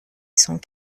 cent